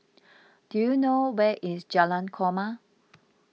do you know where is Jalan Korma